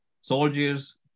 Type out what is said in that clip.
soldiers